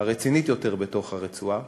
הרצינית יותר, בתוך הרצועה